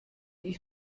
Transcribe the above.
ich